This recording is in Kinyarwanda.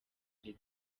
iri